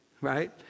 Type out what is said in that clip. Right